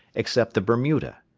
except the bermuda.